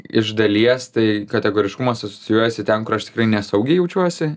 iš dalies tai kategoriškumas asocijuojasi ten kur aš tikrai nesaugiai jaučiuosi